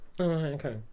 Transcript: Okay